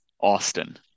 Austin